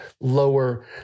lower